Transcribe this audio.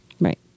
Right